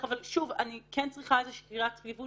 אבל אני כן צריכה איזושהי קריאת כיוון